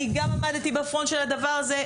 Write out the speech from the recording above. אני גם עמדתי בפרונט של הדבר הזה,